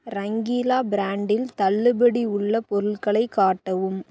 ரங்கீலா ப்ராண்டில் தள்ளுபடி உள்ள பொருள்களை காட்டவும்